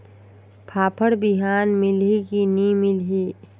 फाफण बिहान मिलही की नी मिलही?